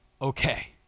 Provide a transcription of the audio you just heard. Okay